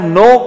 no